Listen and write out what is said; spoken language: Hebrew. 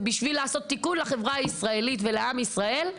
זה בשביל לעשות תיקון לחברה הישראלית ולעם ישראל.